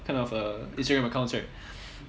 kind of uh instagram accounts right